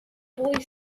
boy